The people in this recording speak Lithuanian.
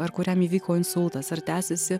ar kuriam įvyko insultas ar tęsiasi